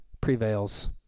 prevails